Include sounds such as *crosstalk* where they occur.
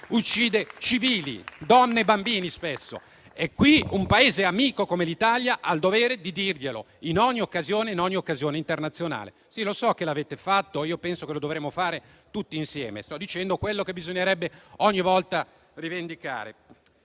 uccide civili, spesso donne e bambini. *applause* Un Paese amico come l'Italia ha il dovere di dirglielo in ogni occasione e in ogni occasione internazionale. Sì, lo so che l'avete fatto e penso che lo dovremmo fare tutti insieme. Sto dicendo quello che bisognerebbe ogni volta rivendicare.